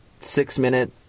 six-minute